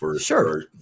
Sure